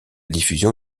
diffusion